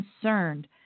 concerned